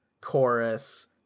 chorus